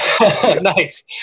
nice